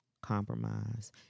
compromise